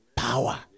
power